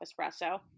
espresso